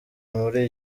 muri